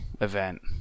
event